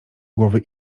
głowy